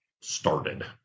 started